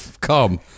come